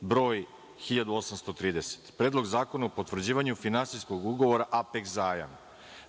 broj 1830; Predlog zakona o Potvrđivanju finansijskog ugovora APEK zajam;